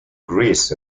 greece